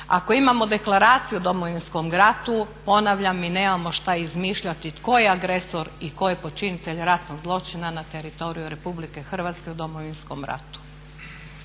Ako imamo Deklaraciju o Domovinskom ratu, ponavljam mi nemamo šta izmišljati tko je agresor i tko je počinitelj ratnog zločina na teritoriju Republike Hrvatske u Domovinskom ratu.